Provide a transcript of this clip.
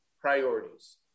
priorities